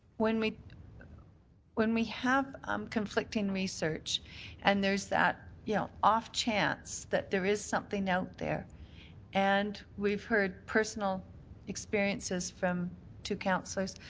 when we when we have um conflicting research and there's that, you know, off chance that there is something out there and we've heard personal experiences from two councilors.